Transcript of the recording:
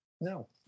No